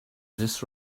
this